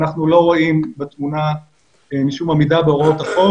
אנחנו לא רואים בתמונה משום עמידה בהוראות החוק